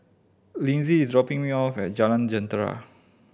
Lyndsey is dropping me off at Jalan Jentera